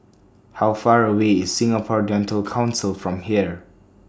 How Far away IS Singapore Dental Council from here